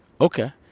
Okay